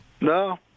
No